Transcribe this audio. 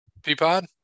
Peapod